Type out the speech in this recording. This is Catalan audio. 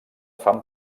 fan